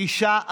אישה אחת.